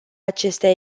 acestea